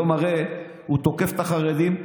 הרי היום הוא תוקף את החרדים.